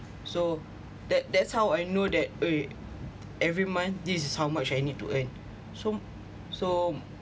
so that that's how I know that !oi! every month this is how much I need to earn so so